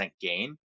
gain